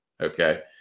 Okay